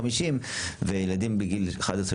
וילדים בגיל 11,